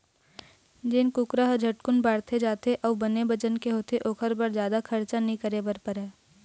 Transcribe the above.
जेन कुकरा ह झटकुन बाड़गे जाथे अउ बने बजन के हो जाथे ओखर बर जादा खरचा नइ करे बर परय